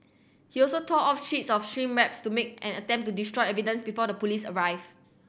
he also tore off sheets of shrink wraps to make an attempt to destroy evidence before the police arrive